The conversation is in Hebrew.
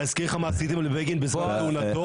להזכיר לך מה עשיתם לבגין בזמן כהונתו?